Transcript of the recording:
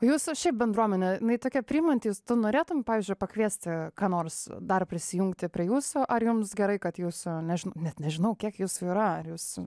jūsų šiaip bendruomenė jinai tokia priimanti tu norėtum pavyzdžiui pakviesti ką nors dar prisijungti prie jūsų ar jums gerai kad jūsų nežinau net nežinau kiek jūsų yra ar jūs